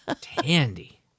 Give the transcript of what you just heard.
Tandy